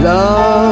Love